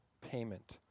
payment